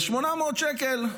אז 800 שקלים,